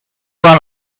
run